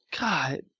God